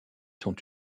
sont